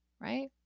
right